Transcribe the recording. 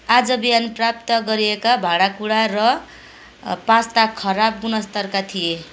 आज बिहान प्राप्त गरिएका भाँडाकुँडा र पास्ता खराब गुणस्तरका थिए